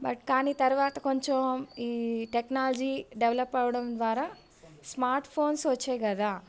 but కానీ తర్వాత కొంచెం ఈ టెక్నాలజీ డెవలప్ అవ్వడం ద్వారా స్మార్ట్ఫోన్స్ వచ్చాయి కదా